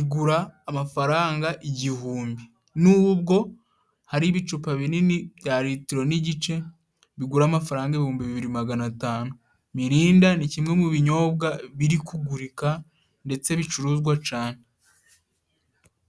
igura amafaranga igihumbi. n'ubwo hari ibicupa binini bya litiro n'igice bigura amafaranga ibihumbi bibiri na magana atanu. Mirinda ni kimwe mu binyobwa biri kugurika ndetse bicuruzwa cane.